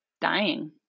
dying